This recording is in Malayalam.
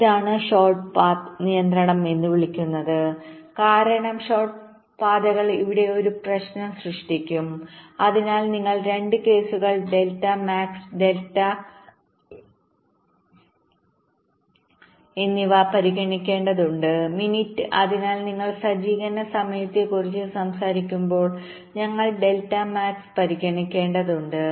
ഇതാണ് ഷോർട്ട് പാത്ത്നിയന്ത്രണം എന്ന് വിളിക്കുന്നത് കാരണം ഷോർട്ട് പാതകൾ ഇവിടെ ഒരു പ്രശ്നം സൃഷ്ടിക്കും അതിനാൽ നിങ്ങൾ 2 കേസുകൾ ഡെൽറ്റ മാക്സ് ഡെൽറ്റ എന്നിവ പരിഗണിക്കേണ്ടതുണ്ട് മിനിറ്റ് അതിനാൽ നിങ്ങൾ സജ്ജീകരണ സമയത്തെക്കുറിച്ച് സംസാരിക്കുമ്പോൾ ഞങ്ങൾ ഡെൽറ്റ മാക്സ് പരിഗണിക്കേണ്ടതുണ്ട്